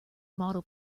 model